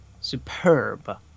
superb